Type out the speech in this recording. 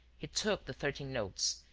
he took the thirteen notes,